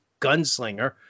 gunslinger